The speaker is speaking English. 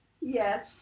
Yes